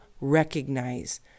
recognize